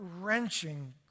wrenching